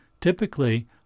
Typically